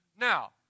Now